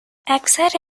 اکثر